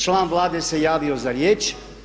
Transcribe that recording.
Član Vlade se javio za riječ.